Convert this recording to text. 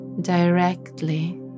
directly